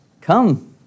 come